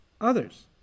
others